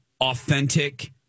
authentic